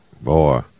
Boy